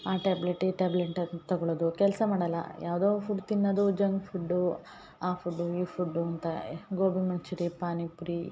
ಆ ಟ್ಯಾಬ್ಲೆಟ್ ಈ ಟ್ಯಾಬ್ಲೆಟ್ ಅಂತ ತಗೊಳ್ಳೋದು ಕೆಲಸ ಮಾಡಲ್ಲ ಯಾವುದೋ ಫುಡ್ ತಿನ್ನೋದು ಜಂಕ್ ಫುಡ್ಡು ಆ ಫುಡ್ಡು ಈ ಫುಡ್ಡು ಅಂತ ಗೋಬಿ ಮಂಚುರಿ ಪಾನಿಪುರಿ